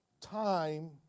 time